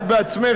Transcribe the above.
את עצמך,